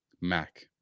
Mac